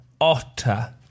Otter